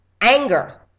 anger